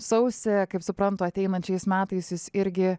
sausį kaip suprantu ateinančiais metais jis irgi